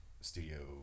Studio